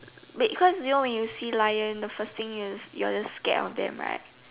wait because you know when you see lion the first thing you is you're scared of them right